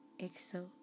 exo